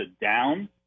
Down